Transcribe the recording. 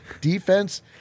defense